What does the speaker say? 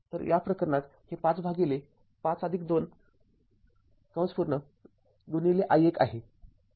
तर या प्रकरणात हे ५ भागिले ५२ i १ आहे